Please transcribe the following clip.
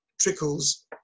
trickles